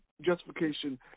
justification